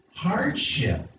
Hardship